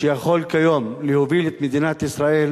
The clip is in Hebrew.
שיכול כיום להוביל את מדינת ישראל